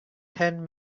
ten